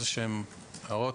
דוגמנות,